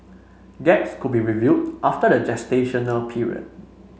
gaps could be reviewed after the gestational period